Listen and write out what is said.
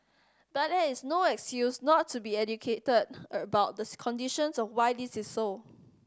but that is no excuse not to be educated about the conditions of why this is so